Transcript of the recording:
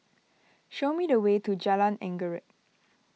show me the way to Jalan Anggerek